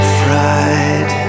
fried